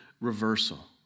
reversal